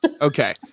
Okay